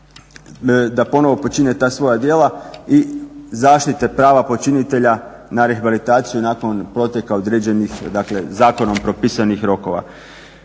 da ponovno počine ta svoja djela i zaštite prava počinitelja na rehabilitaciju nakon proteka određenih dakle zakonom propisanih rokova.